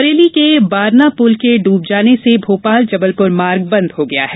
बरेली के बारना पुल के ड्रब जाने से भोपाल जबलपुर मार्ग बंद हो गया है